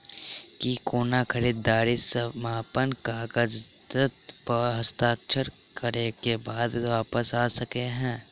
की कोनो खरीददारी समापन कागजात प हस्ताक्षर करे केँ बाद वापस आ सकै है?